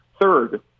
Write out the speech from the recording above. third